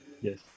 Yes